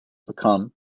become